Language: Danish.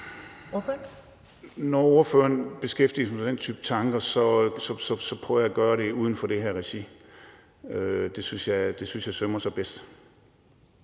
Når spørgeren beskæftiger sig med den type tanker her, vil jeg sige, at jeg prøver at gøre det uden for det her regi. Det synes jeg sømmer sig bedst.